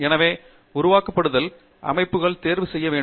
எனவே உருவகப்படுத்துதல் அமைப்புகளை தேர்வு செய்ய வேண்டும்